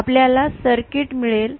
आपल्याला सर्किट मिळेल